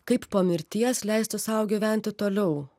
kaip po mirties leisti sau gyventi toliau